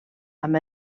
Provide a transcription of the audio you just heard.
amb